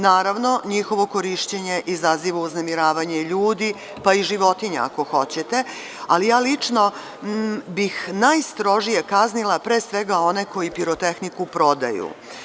Naravno, njihovo korišćenje izaziva uznemiravanje ljudi, pa i životinja, ako hoćete, ali bih najstrožije kaznila one koji pirotehniku prodaju.